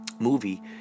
movie